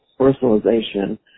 Personalization